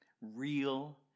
real